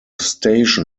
station